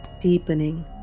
Deepening